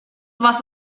was